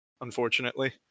unfortunately